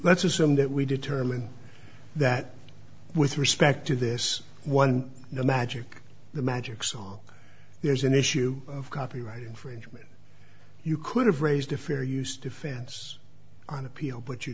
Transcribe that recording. let's assume that we determine that with respect to this one the magic the magic song there's an issue of copyright infringement you could have raised a fair use defense on appeal but you